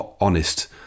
honest